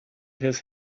his